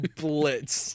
blitz